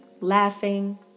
laughing